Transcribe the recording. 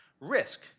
risk